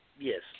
Yes